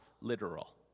literal